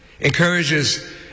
encourages